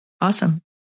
awesome